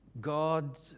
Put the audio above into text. God